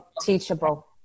teachable